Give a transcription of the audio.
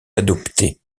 adoptée